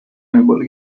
grenoble